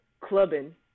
Clubbing